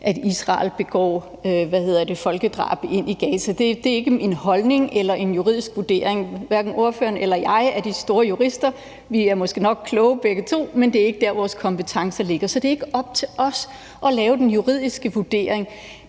at Israel begår folkedrab i Gaza. Det er ikke en holdning eller en juridisk vurdering. Hverken ordføreren eller jeg er de store jurister. Vi er måske nok kloge begge to, men det er ikke der, vores kompetence ligger. Så det er ikke op til os at lave den juridiske vurdering.